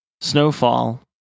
Snowfall